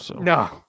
No